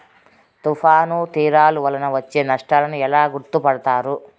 తుఫాను తీరాలు వలన వచ్చే నష్టాలను ఎలా గుర్తుపడతారు?